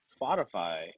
Spotify